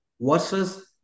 versus